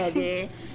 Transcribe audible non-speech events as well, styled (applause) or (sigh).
(laughs)